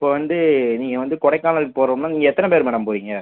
இப்போ வந்து நீங்கள் வந்து கொடைக்கானலுக்கு போகிறோம்னா நீங்கள் எத்தனை பேர் மேடம் போகிறீங்க